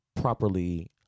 properly